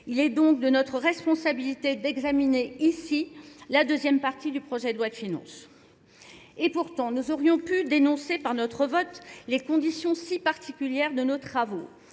Il est donc de notre responsabilité d'examiner ici la deuxième partie du projet de loi de finance. Et pourtant, nous aurions pu dénoncer par notre vote les conditions si particulières de nos travaux.